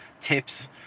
tips